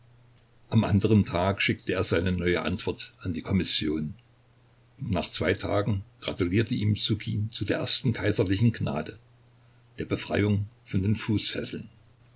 am anderen tag schickte er seine neue antwort an die kommission und nach zwei tagen gratulierte ihm ssukin zu der ersten kaiserlichen gnade der befreiung von den fußfesseln